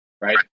right